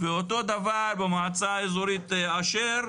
ואותו דבר במועצה אזורית אשר,